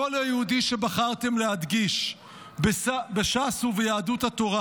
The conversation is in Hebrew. הקול היהודי שבחרתם להדגיש בש"ס וביהדות התורה